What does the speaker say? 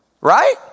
right